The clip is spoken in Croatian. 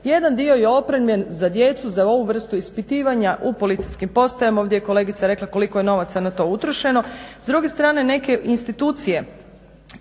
Jedan dio je opremljen za djecu, za ovu vrstu ispitivanja u policijskim postajama. Ovdje je kolegica rekla koliko je novaca na to utrošeno. S druge strane, neke institucije